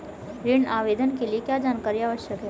ऋण आवेदन के लिए क्या जानकारी आवश्यक है?